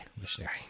missionary